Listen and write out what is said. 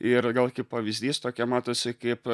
ir gal kaip pavyzdys tokia matosi kaip